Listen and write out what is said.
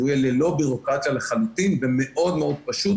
הוא יהיה ללא ביורוקרטיה לחלוטין ומאוד מאוד פשוט,